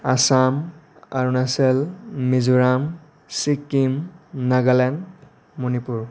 Assam Arunachal Mizoram Sikkim Nagaland Manipur